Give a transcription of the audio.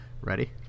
Ready